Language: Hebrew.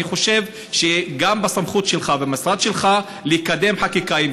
אני חושב שבסמכות שלך ושל המשרד שלך לקדם חקיקה,